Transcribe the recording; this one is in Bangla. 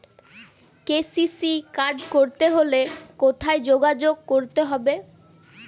কে.সি.সি কার্ড করতে হলে কোথায় যোগাযোগ করতে হবে?